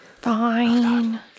Fine